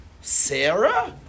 Sarah